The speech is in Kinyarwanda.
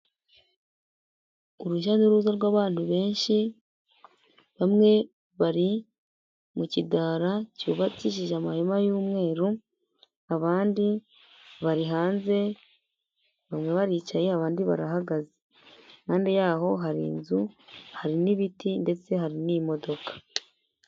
Urujya n'uruza rw'abantu benshi bamwe bari mu kidara cyubakishije amahema y'umweru, abandi bari hanze bamwe baricaye abandi barahagaze. Impamde yaho hari inzu, hari n'ibiti ndetse hari n'imodoka.